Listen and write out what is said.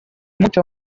mucho